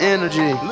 Energy